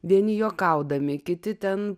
vieni juokaudami kiti ten